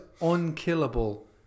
unkillable